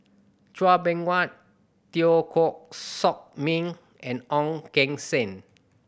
Chua Beng Huat Teo Koh Sock Ming and Ong Keng Sen